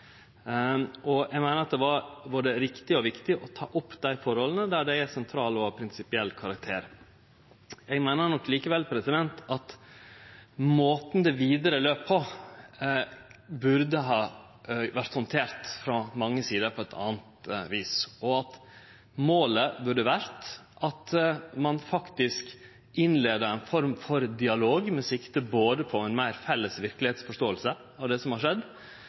synest eg. Eg meiner det var både riktig og viktig å ta opp dei forholda der dei er av sentral og prinsipiell karakter. Eg meiner nok likevel at det vidare løpet burde ha vore handtert frå mange sider på eit anna vis, og at målet burde vore at ein faktisk innleia ei form for dialog med sikte på ei meir felles verkelegheitsforståing av det som har skjedd,